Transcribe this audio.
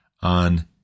on